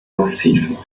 massiv